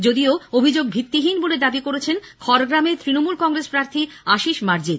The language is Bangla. যদিও অভিযোগ ভিত্তিহীন বলে দাবি করেছেন খড়গ্রামের তৃণমূল কংগ্রেসের প্রার্থী আশীষ মার্জিত